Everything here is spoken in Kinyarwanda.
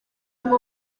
ngo